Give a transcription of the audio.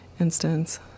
instance